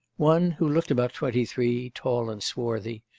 one, who looked about twenty-three, tall and swarthy,